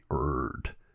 erred